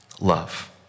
love